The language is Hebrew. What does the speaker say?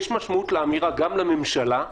יש משמעות לאמירה גם לממשלה: